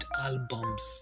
albums